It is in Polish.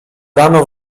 rano